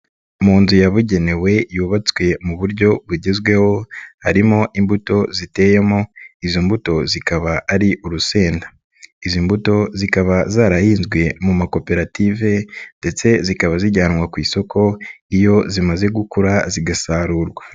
Mu nzu yabugenewe yubatswe mu buryo bugezweho, harimo imbuto ziteyemo, izo mbuto zikaba ari urusenda. Izi mbuto zikaba zarahinzwe mu makoperative ndetse zikaba zijyanwa ku isoko iyo zimaze gukura zigasarurwa.